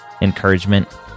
encouragement